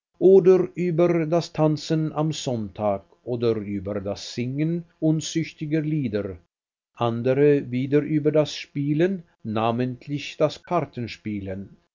oder über das tanzen am sonntag oder über das singen unzüchtiger lieder andere wieder über das spielen namentlich das